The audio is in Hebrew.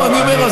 אני אומר,